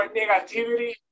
negativity